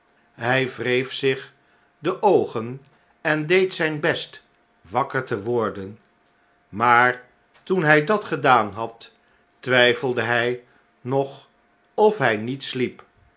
hij wreef zich de oogen en deed zyn best wakker te worden maar toen hij dat gedaan had twyfelde hi nog of hy niet sliep